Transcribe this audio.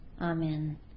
Amen